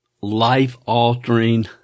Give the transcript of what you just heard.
life-altering